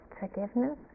forgiveness